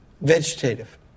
vegetative